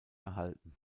erhalten